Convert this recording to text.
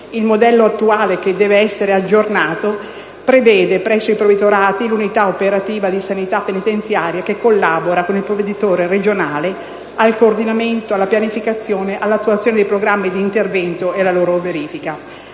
Il modello attuale, che deve essere aggiornato, prevede presso i provveditorati l'uUnità operativa di sanità penitenziaria che collabora con il provveditore regionale al coordinamento, alla pianificazione, all'attuazione dei programmi d'intervento e alla loro verifica.